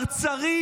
צרצרים.